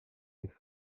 les